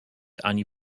ani